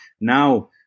Now